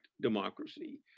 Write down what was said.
democracy